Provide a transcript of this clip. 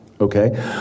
Okay